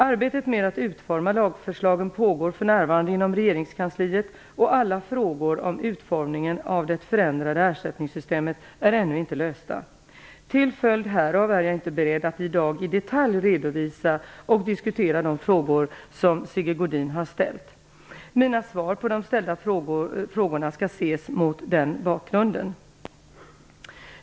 Arbetet med att utforma lagförslagen pågår för närvarande inom regeringskansliet och alla frågor om utformningen av det förändrade ersättningssystemet är ännu inte lösta. Till följd härav är jag inte bredd att i dag i detalj redovisa och diskutera de frågor som Sigge Godin har ställt. Mina svar på de ställda frågorna skall ses mot den bakgrunden.